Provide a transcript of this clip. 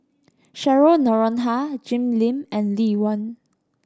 Cheryl Noronha Jim Lim and Lee Wen